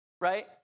right